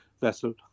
vessel